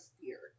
fear